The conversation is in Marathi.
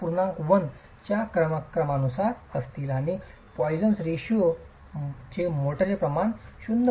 1 च्या क्रमानुसार असतील आणि पॉईसनच्या रेशिओ Poisson's ratio मोर्टारचे प्रमाण 0